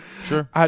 Sure